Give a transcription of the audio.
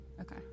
Okay